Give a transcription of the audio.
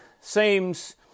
seems